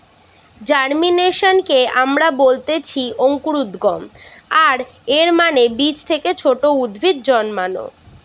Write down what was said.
জার্মিনেশনকে আমরা বলতেছি অঙ্কুরোদ্গম, আর এর মানে বীজ থেকে ছোট উদ্ভিদ জন্মানো